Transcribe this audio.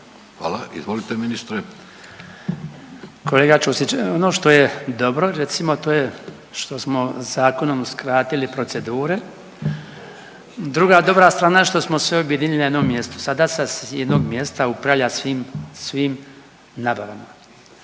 Branko (HDZ)** Kolega Ćosić, ono što je dobro, recimo, to je što smo zakonom skratili procedure, druga dobra strana što smo sve objedinili na jednom mjestu. Sada sa jednog mjesta upravlja svim, svim nabavama.